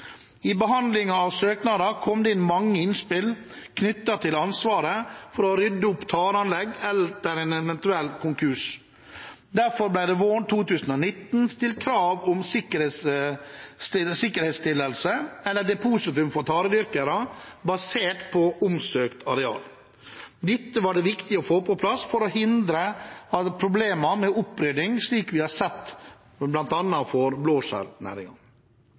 I behandlingen av søknader kom det inn mange innspill knyttet til ansvaret for å rydde opp tareanlegg etter en eventuell konkurs. Derfor ble det våren 2019 stilt krav om sikkerhetsstillelse eller depositum for taredyrkere basert på omsøkt areal. Dette var det viktig å få på plass for å hindre problemer med opprydding, slik vi har sett bl.a. for blåskjellnæringen.